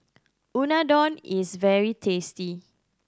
unadon is very tasty